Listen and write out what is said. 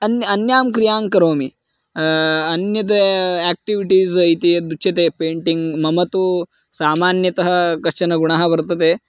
अन्य अन्यां क्रियां करोमि अन्यद् एक्टिविटीस् इति यद् उच्यते पेण्टिङ्ग् मम तु सामान्यतः कश्चनः गुणः वर्तते